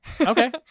okay